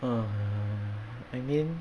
ugh I mean